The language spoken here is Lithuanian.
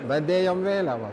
dadėjom vėliavą